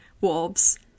wolves